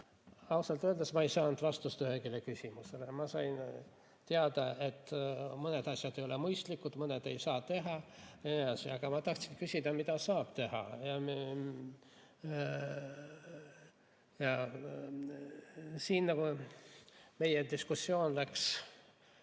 Ausalt öeldes ma ei saanud vastust ühelegi küsimusele. Ma sain teada, et mõned asjad ei ole mõistlikud, mõnesid ei saa teha. Aga ma tahtsin küsida, mida saab teha. Siin meie diskussioon läks